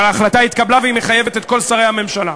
אבל ההחלטה התקבלה והיא מחייבת את כל שרי הממשלה.